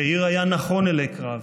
יאיר היה נכון אלי קרב,